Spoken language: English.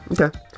Okay